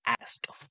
ask